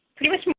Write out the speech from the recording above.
pretty much